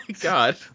god